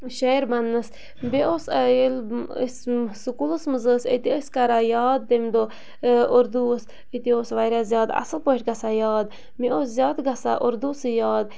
شٲعر بَنٛنَس بیٚیہِ اوس ییٚلہِ أسۍ سکوٗلَس منٛز ٲسۍ أتی ٲسۍ کَران یاد تمہِ دۄہ اُردو اوس أتی اوس واریاہ زیادٕ اَصٕل پٲٹھۍ گژھان یاد مےٚ اوس زیادٕ گژھان اُردو سُے یاد